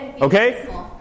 Okay